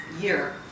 year